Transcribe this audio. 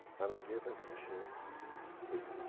and i gave her the machine free.